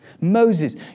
Moses